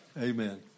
Amen